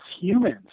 humans